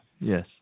yes